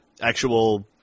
actual